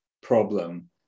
problem